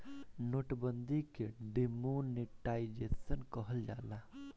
note बंदी के demonetisation कहल जाला